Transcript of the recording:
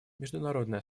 международное